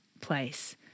place